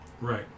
right